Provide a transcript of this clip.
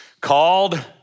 called